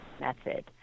method